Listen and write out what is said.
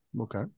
Okay